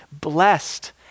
blessed